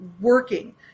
working